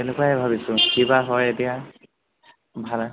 তেনেকুৱাই ভাবিছোঁ কি বা হয় এতিয়া ভালা